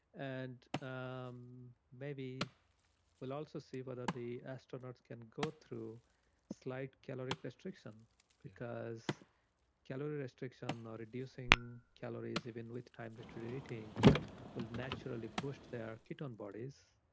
and um maybe we'll also see whether the astronauts can go through slight calorie restriction because calorie restriction um or reducing calories even with time restricted eating will naturally boost their ketone bodies.